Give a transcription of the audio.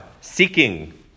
seeking